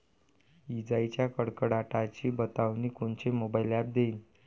इजाइच्या कडकडाटाची बतावनी कोनचे मोबाईल ॲप देईन?